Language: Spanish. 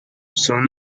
son